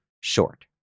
short